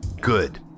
Good